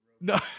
No